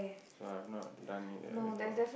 so I'm not done with that before